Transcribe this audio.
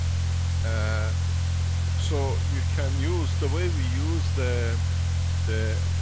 ah so you can use, the way we use the the